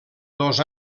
dos